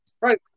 Right